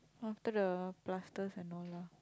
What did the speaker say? after the plasters and all lah